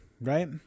right